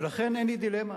לכן אין לי דילמה.